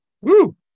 Woo